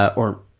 or